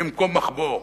ממקום מחבואו,